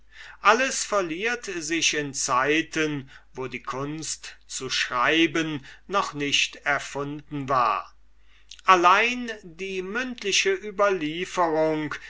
alles verliert sich in zeiten wo die kunst zu schreiben noch nicht erfunden war allein die mündliche überlieferung